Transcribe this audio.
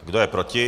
Kdo je proti?